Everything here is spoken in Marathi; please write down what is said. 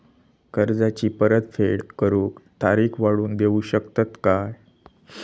कर्जाची परत फेड करूक तारीख वाढवून देऊ शकतत काय?